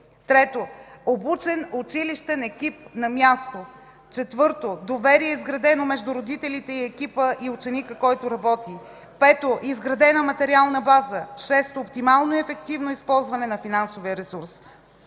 Трето, обучен училищен екип на място. Четвърто, доверие, изградено между родителите и екипа, и ученика, с който работи. Пето, изградена материална база. Шесто, оптимално ефективно използване на финансовия ресурс.